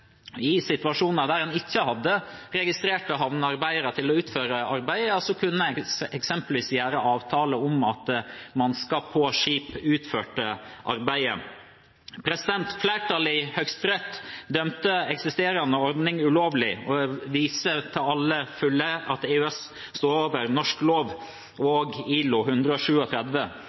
I situasjoner der en ikke hadde registrerte havnearbeidere til å utføre arbeidet, kunne en eksempelvis gjøre avtale om at mannskap på skip utførte arbeidet. Flertallet i Høyesterett dømte eksisterende ordning for ulovlig, og viste til fulle at EØS står over norsk lov og